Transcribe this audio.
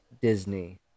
Disney